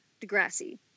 Degrassi